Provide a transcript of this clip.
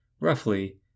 roughly